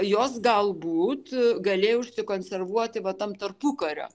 jos galbūt galėjo užsikonservuoti va tam tarpukario